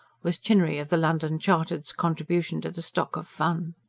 was chinnery of the london chartered's contribution to the stock of fun.